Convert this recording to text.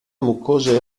mucose